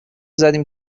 زدیم